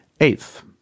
Eighth